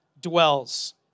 dwells